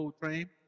Train